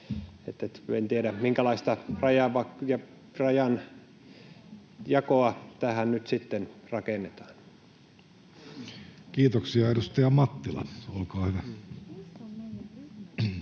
minkälaista rajanjakoa tähän nyt sitten rakennetaan. Kiitoksia. — Edustaja Mattila, olkaa hyvä.